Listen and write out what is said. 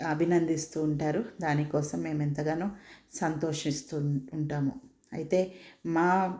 అభినందిస్తూ ఉంటారు దానికోసం మేమెంతగానో సంతోషిస్తూ ఉంటాము అయితే మా